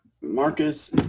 Marcus